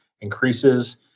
Increases